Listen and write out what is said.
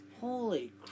holy